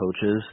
coaches